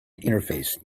interface